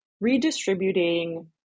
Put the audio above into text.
redistributing